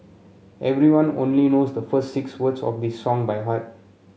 everyone only knows the first six words of this song by heart